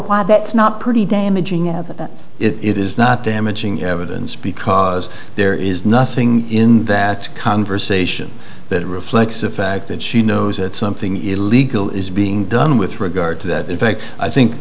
why that's not pretty damaging evidence it is not damaging evidence because there is nothing in that conversation that reflects the fact that she knows that something illegal is being done with regard to that effect i think